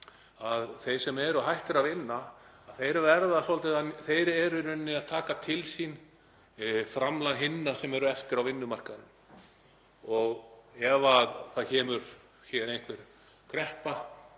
að þeir sem eru hættir að vinna eru í rauninni að taka til sín framlag hinna sem eru eftir á vinnumarkaði. Ef það kemur hér einhver kreppa